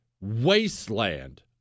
wasteland